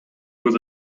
was